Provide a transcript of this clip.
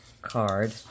card